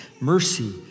Mercy